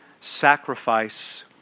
sacrifice